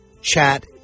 Chat